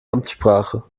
amtssprache